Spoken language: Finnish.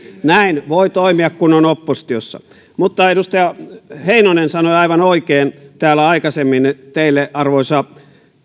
näin voi toimia kun on oppositiossa mutta edustaja heinonen sanoi aivan oikein täällä aikaisemmin teille arvoisa